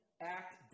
act